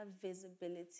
visibility